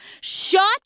Shut